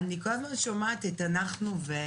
אני כל הזמן שומעת את "אנחנו והם".